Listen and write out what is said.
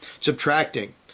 subtracting